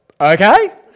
okay